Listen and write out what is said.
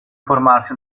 formarsi